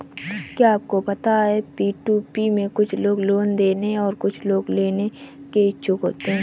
क्या आपको पता है पी.टू.पी में कुछ लोग लोन देने और कुछ लोग लोन लेने के इच्छुक होते हैं?